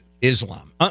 Islam